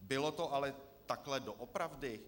Bylo to ale takhle doopravdy?